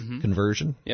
conversion